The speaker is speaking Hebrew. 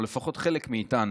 או לפחות חלק מאיתנו,